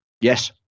Yes